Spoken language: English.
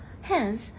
Hence